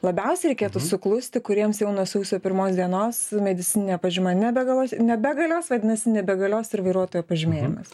labiausiai reikėtų suklusti kuriems jau nuo sausio pirmos dienos medicininė pažyma nebegalios nebegalios vadinasi nebegalios ir vairuotojo pažymėjimas